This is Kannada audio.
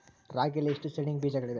ರಾಗಿಯಲ್ಲಿ ಎಷ್ಟು ಸೇಡಿಂಗ್ ಬೇಜಗಳಿವೆ?